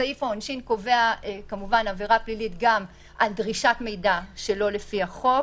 סעיף העונשין קובע עבירה פלילית גם על דרישת מידע שלא לפי החוק,